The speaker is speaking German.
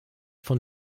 von